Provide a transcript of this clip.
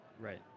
right